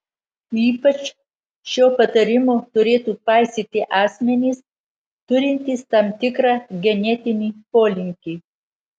ypač šio patarimo turėtų paisyti asmenys turintys tam tikrą genetinį polinkį